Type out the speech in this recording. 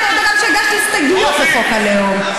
גם הגשתי הסתייגויות בחוק הלאום,